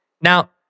Now